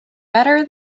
better